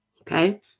Okay